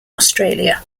australia